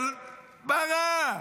אבל מה רע,